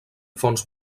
fons